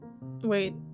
wait